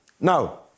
Now